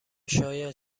شاید